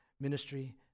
ministry